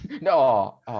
No